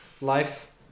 Life